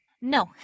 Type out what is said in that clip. No